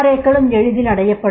ஏ க்களும் எளிதில் அடையப்படும்